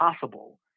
possible